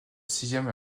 sixième